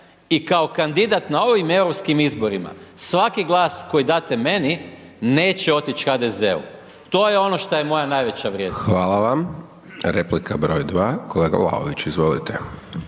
i kao kandidat na ovim europskim izborima svaki glas koji date meni, neće otić HDZ-u, to je ono šta je moja najveća vrijednost. **Hajdaš Dončić, Siniša (SDP)** Hvala vam. Replika br. 2. kolega Vlaović, izvolite.